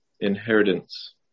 inheritance